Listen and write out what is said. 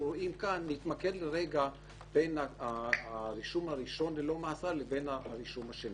נתמקד בין הרישום הראשון ללא מאסר לבין הרישום השני.